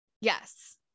Yes